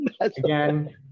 Again